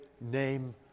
name